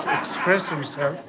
express himself.